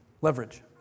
Leverage